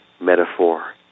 metaphor